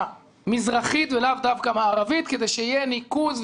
מזרחית ולאו דווקא מערבית כדי שיהיה ניקוז,